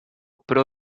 pro